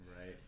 right